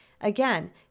Again